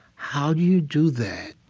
how do you do that?